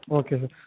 okay sir